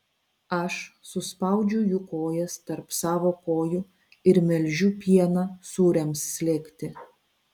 aš suspaudžiu jų kojas tarp savo kojų ir melžiu pieną sūriams slėgti